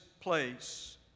place